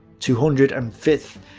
two hundred and fifth,